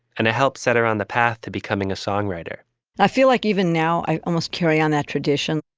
and it helped set her on the path to becoming a songwriter i feel like even now, i almost carry on that tradition.